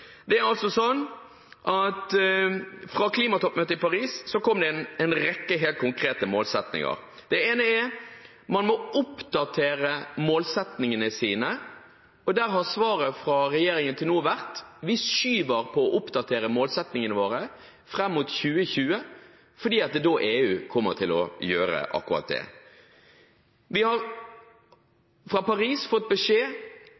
Fra klimatoppmøtet i Paris kom det en rekke helt konkrete målsettinger. Det ene er at man må oppdatere målsettingene sine, og der har svaret fra regjeringen til nå vært: Vi skyver på å oppdatere målsettingene våre fram mot 2020 fordi det er da EU kommer til å gjøre akkurat det. Vi har fra Paris fått beskjed